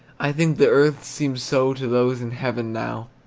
i think that earth seems so to those in heaven now.